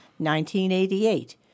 1988